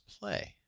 play